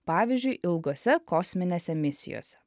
pavyzdžiui ilgose kosminėse misijose